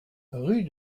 rue